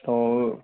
तो